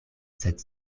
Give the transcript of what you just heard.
sed